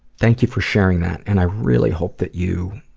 thank you for sharing that and i really hope that you